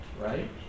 right